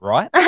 Right